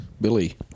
Billy